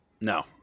No